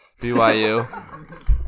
BYU